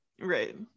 right